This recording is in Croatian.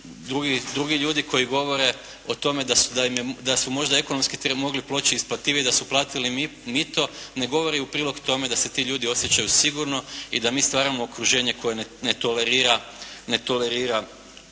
drugi ljudi koji govore o tome da su možda ekonomski mogli proći isplativije da su platili mito, ne govori u prilog tome da se ti ljudi osjećaju sigurno i da mi stvaramo okruženje koje ne tolerira koruptivno